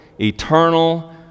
eternal